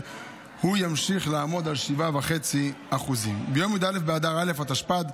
והוא ימשיך לעמוד על 7.5%. ביום י"א באדר א' התשפ"ד,